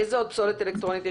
אגב, איזה עוד פסולת יש ברכב?